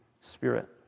Spirit